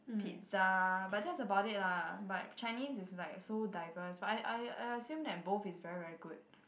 pizza but just about it lah but Chinese is like so diverse but I I I seem that both is very very good